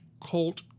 Colt